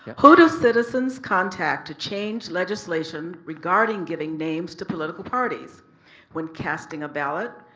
who do citizens contact to change legislation regarding giving names to political parties when casting a ballot?